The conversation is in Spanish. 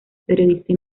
periodista